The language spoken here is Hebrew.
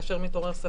כאשר מתעורר ספק.